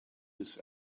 this